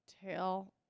tail